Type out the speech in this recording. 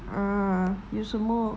ah 有什么